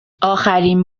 آخرین